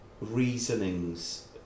reasonings